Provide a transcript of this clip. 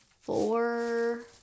four